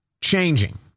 changing